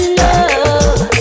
love